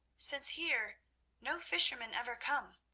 since here no fishermen ever come.